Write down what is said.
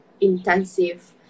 intensive